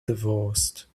divorced